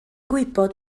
gwybod